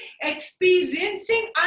experiencing